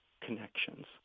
connections